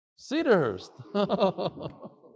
Cedarhurst